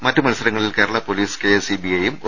മറ്റു മത്സരങ്ങളിൽ Kerala police K S E ബിയെയും ഒ